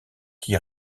qui